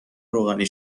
روغنی